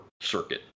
circuit